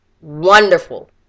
wonderful